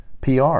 PR